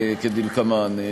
כדלקמן.